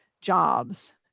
jobs